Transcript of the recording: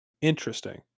Interesting